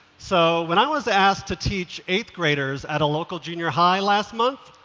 so when i was asked to teach eighth graders at a local junior high last month,